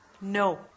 No